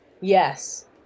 Yes